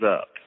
up